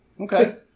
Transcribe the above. Okay